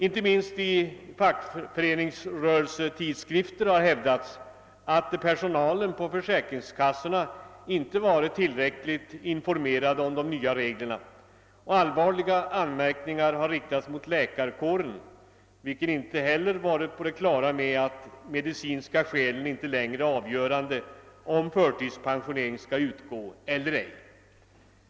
Inte minst i fackföreningstidskrifter har hävdats att personalen på försäkringskassorna inte varit tillräckligt informerad om de nya reglerna, och allvarliga anmärkningar har framförts mot läkarkåren som inte varit på det klara med att de medicinska skälen icke längre är avgörande för huruvida förtidspension skall utgå eller ej.